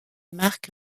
marque